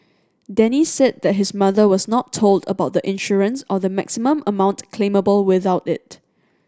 Denny said that his mother was not told about the insurance or the maximum amount claimable without it